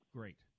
Great